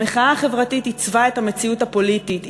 המחאה החברתית עיצבה את המציאות הפוליטית,